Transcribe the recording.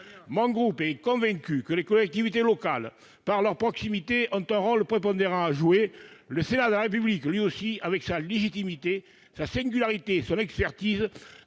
Mon groupe est convaincu que les collectivités locales, par leur proximité, ont un rôle prépondérant à jouer. Le Sénat de la République, lui aussi, avec sa légitimité, sa singularité et son expertise,